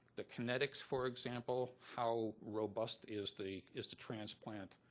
the kinetics, for example, how robust is the is the transplant?